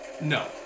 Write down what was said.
No